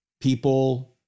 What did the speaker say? People